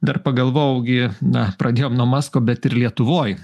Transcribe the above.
dar pagalvojau gi na pradėjom nuo musko bet ir lietuvoj